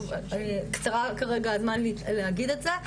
קצר הזמן מלהגיד את זה,